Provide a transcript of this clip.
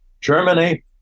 Germany